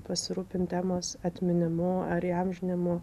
pasirūpint emos atminimu ar įamžinimu